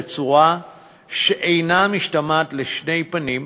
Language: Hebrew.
בצורה שאינה משתמעת לשתי פנים: